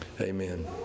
Amen